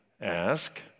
ask